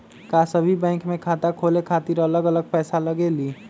का सभी बैंक में खाता खोले खातीर अलग अलग पैसा लगेलि?